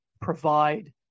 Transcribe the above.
provide